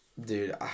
Dude